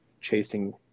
chasing